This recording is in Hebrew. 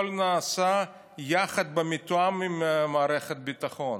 הכול נעשה יחד, במתואם עם מערכת הביטחון.